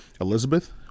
Elizabeth